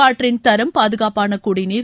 காற்றின் தரம் பாதுகாப்பான குடிநீர்